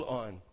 on